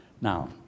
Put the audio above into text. Now